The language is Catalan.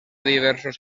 diversos